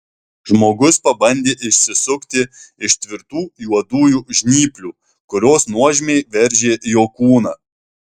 žmogus pabandė išsisukti iš tvirtų juodųjų žnyplių kurios nuožmiai veržė jo kūną